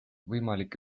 võimalik